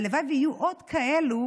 הלוואי שיהיו עוד כאלו,